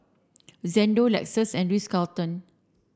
Xndo Lexus and Ritz Carlton